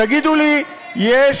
אף